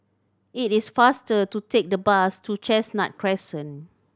it is faster to take the bus to Chestnut Crescent